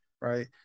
right